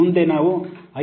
ಮುಂದೆ ನಾವು ಐ